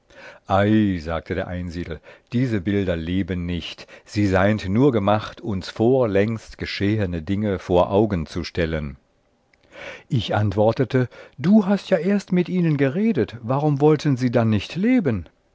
ei sagte der einsiedel diese bilder leben nicht sie seind nur gemacht uns vorlängst geschehene dinge vor augen zu stellen ich antwortete du hast ja erst mit ihnen geredet warum wollten sie dann nicht leben